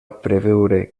preveure